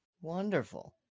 wonderful